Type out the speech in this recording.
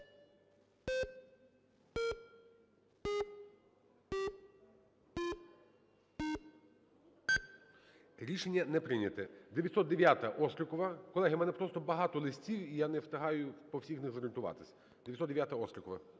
Рішення не прийнято. 909-а, Острікова. Колеги, у мене просто багато листів, і я не встигаю по всіх них зорієнтуватись. 909-а, Острікова.